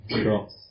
cross